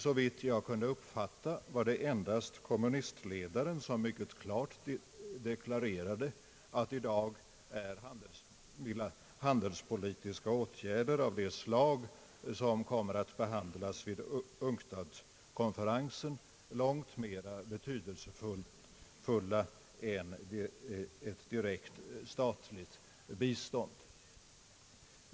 Såvitt jag kunde förstå var det endast kommunistledaren som mycket klart deklarerade att i dag är handelspolitiska åtgärder av det slag som kommer att behandlas vid UNCTAD-konferensen långt betydelsefullare än ett direkt statligt bistånd.